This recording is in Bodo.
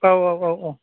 औ औ औ औ